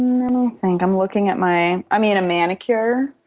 let me think. i'm looking at my i mean, a manicure.